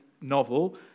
novel